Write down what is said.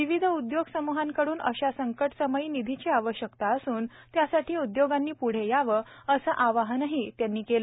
विविध उद्योग समूहाकड्रन अशा संकटसमयी निधीची आवश्यकता असून त्यासाठी उद्योगांनी प्ढे यावं असं आवाहनही त्यांनी केलं